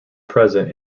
present